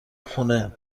خونه